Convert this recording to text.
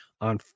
on